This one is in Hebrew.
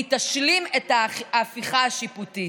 והיא תשלים את ההפיכה השיפוטית.